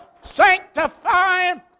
sanctifying